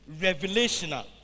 Revelational